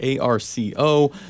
ARCO